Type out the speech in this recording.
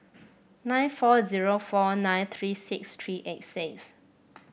nine four zero four nine three six three eight six